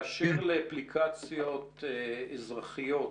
באשר לאפליקציות אזרחיות